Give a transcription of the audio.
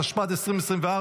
התשפ"ד 2024,